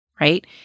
Right